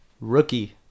rookie